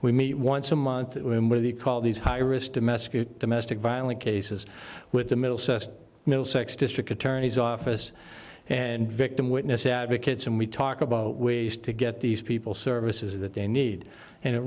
we meet once a month when we're the call these high risk domestic domestic violence cases with the middle middlesex district attorney's office and victim witness advocates and we talk about ways to get these people services that they need and it